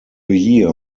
year